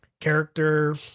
character